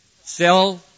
sell